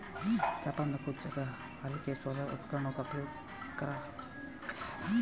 Japan में कुछ जगह हल्के सोलर उपकरणों का प्रयोग भी करा गया था